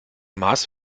mars